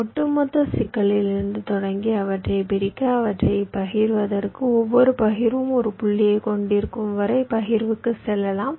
ஒட்டுமொத்த சிக்கலிலிருந்து தொடங்கி அவற்றைப் பிரிக்க அவற்றைப் பகிர்வதற்கு ஒவ்வொரு பகிர்வும் ஒரு புள்ளியைக் கொண்டிருக்கும் வரை பகிர்வுக்குச் செல்லலாம்